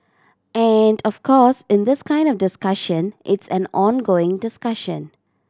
and of course in this kind of discussion it's an ongoing discussion